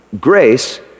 Grace